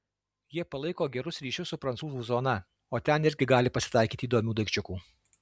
jie palaiko gerus ryšius su prancūzų zona o ten irgi gali pasitaikyti įdomių daikčiukų